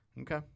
Okay